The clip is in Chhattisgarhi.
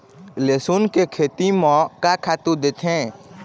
लेसुन के खेती म का खातू देथे?